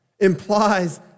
implies